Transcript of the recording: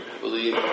believe